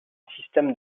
système